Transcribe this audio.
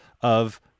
of-